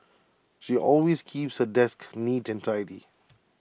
she always keeps her desk neat and tidy